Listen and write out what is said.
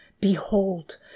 Behold